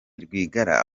rwigara